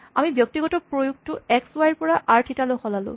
আমি ব্যক্তিগত প্ৰয়োগটো এক্স ৱাই ৰ পৰা আৰ থিতা লৈ সলালোঁ